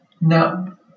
No